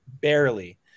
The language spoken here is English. barely